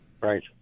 right